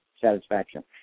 satisfaction